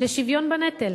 לשוויון בנטל